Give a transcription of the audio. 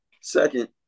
Second